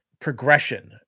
progression